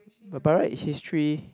but by right history